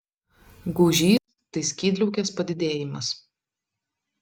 gūžys tai skydliaukės padidėjimas